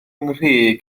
nghri